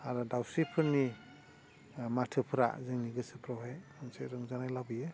आरो दाउस्रिफोरनि माथोफ्रा जोंनि गोसोफ्रावहाय मोनसे रंजानाय लाबोयो